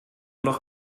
noch